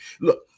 Look